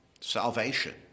salvation